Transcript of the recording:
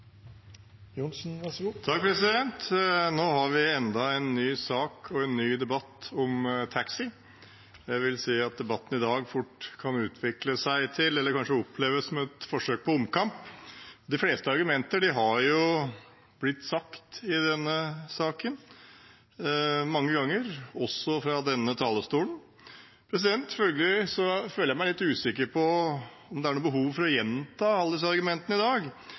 Nå har vi enda en ny sak og en ny debatt om taxi. Jeg vil si at debatten i dag fort kan utvikle seg til eller kanskje oppleves som et forsøk på omkamp. De fleste argumenter har jo blitt sagt i denne saken mange ganger – også fra denne talerstolen. Følgelig føler jeg meg litt usikker på om det er noe behov for å gjenta alle disse argumentene i dag.